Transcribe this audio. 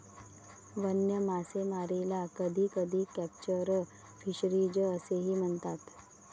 वन्य मासेमारीला कधीकधी कॅप्चर फिशरीज असेही म्हणतात